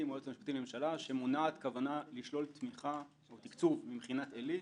או היועץ המשפטי לממשלה שמונעת כוונה לשלול תמיכה או תקצוב ממכינת עלי,